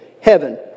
heaven